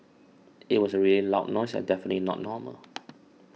it was a really loud noise and definitely not normal